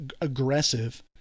aggressive